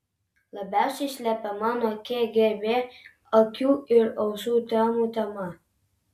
labiausiai slepiama nuo kgb akių ir ausų temų tema